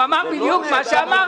הוא אמר בדיוק מה שאמרתי.